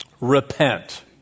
repent